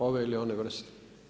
Ove ili one vrste.